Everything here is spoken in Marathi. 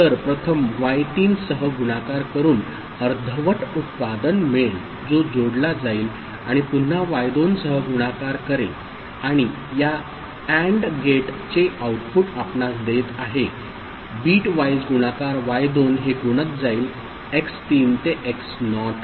तर प्रथम y3 सह गुणाकार करून अर्धवट उत्पादन मिळेल जो जोडला जाईल आणि पुन्हा y2 सह गुणाकार करेल आणि ह्या AND गेट चे आऊटपुट आपणास देत आहे बिटवाईज गुणाकार y2 हे गुणत जाईल x3 ते x नॉट